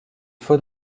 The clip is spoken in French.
faut